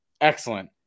Excellent